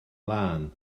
lân